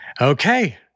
Okay